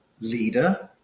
leader